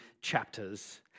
chapters